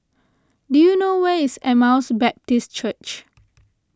do you know where is Emmaus Baptist Church